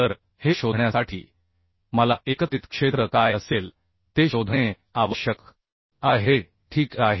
तर हे शोधण्यासाठी मला एकत्रित क्षेत्र काय असेल ते शोधणे आवश्यक आहे ठीक आहे